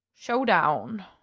Showdown